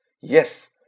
Yes